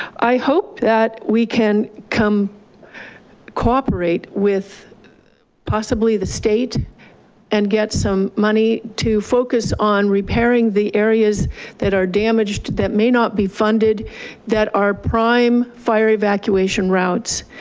i hope that we can cooperate with possibly the state and get some money to focus on repairing the areas that are damaged that may not be funded that are prime fire evacuation routes.